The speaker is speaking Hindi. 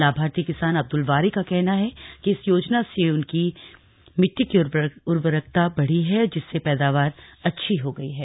लाभार्थी किसान अब्दल वारी का कहना है कि इस योजना से उनकी मिट्टी की उर्वरकता बढ़ी है जिससे पैदावार अच्छी हो गई है